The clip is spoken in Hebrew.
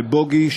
לבוגי,